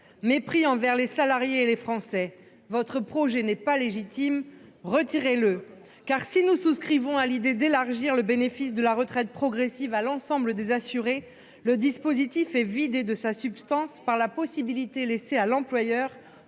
Mépris envers les salariés et les Français. Votre projet n'est pas légitime, retirez-le ! Si nous souscrivons à l'idée d'élargir le bénéfice de la retraite progressive à l'ensemble des assurés, le dispositif est vidé de sa substance par la possibilité laissée à l'employeur